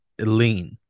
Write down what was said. lean